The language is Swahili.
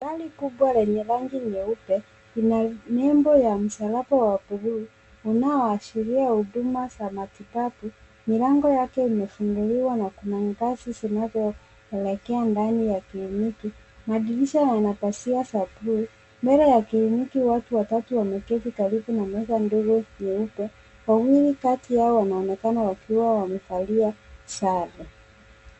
Gari kubwa lenye rangi nyeupe lina nembo ya msalaba wa buluu unaoashiria huduma za matibabu. Milango yake imefunguliwa na kuna ngazi zinazoelekea ndani ya kliniki. Madirisha yana pazia za blue . Mbele ya kliniki watu watatu wameketi karibu na meza ndogo nyeupe. Wawili kati yao wanaonekana wakiwa wamevalia sare.